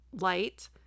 Light